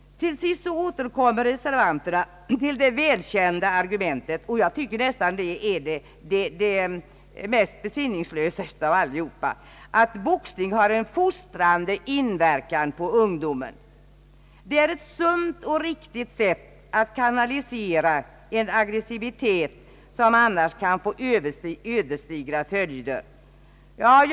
Till sist återkommer reservanterna till det välkända argumentet — och jag tycker nästan att det är det mest besinningslösa av alla — att boxning har en fostrande inverkan på ungdomen genom att »på ett sunt och riktigt sätt kanalisera en aggressivitet, som kan få ödesdigra följder om den får utlopp i icke organiserade former».